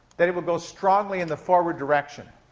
that it will go strongly in the forward direction.